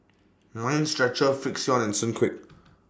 Mind Stretcher Frixion and Sunquick